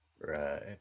Right